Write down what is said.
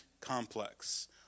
complex